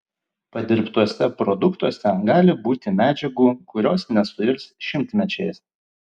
padirbtuose produktuose gali būti medžiagų kurios nesuirs šimtmečiais